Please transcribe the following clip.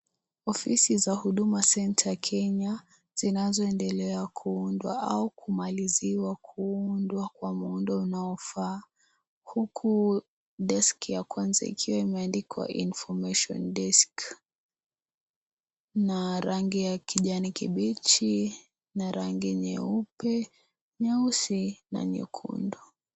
Ofisi za huduma center Kenya, zinazoendelea kuundwa au kumaliziwa kuundwa kwa muundo unaofaa, huku deski ya kwanza ikiwa imeandikwa information desk ,na rangi ya kijani kibichi na rangi nyeupe , nyeusi na nyekundu.